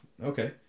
okay